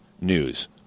news